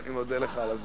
אני מודה לך על הזמן.